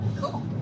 cool